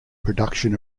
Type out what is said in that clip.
production